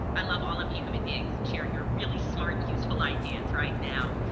i love all of you human beings sharing your really smart, useful ideas right now.